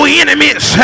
enemies